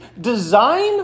design